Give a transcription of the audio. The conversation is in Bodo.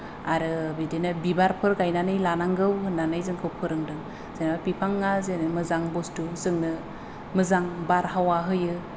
आरो बिदिनो बिबारफोर गायनानै लानांगौ होननानै जोंखौ फोरोंदों जेनेबा बिफाङा मोजां बस्थु जोंनो मोजां बारहावा होयो